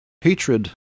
Hatred